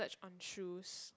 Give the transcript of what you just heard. on shoes